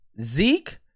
Zeke